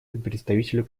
представителю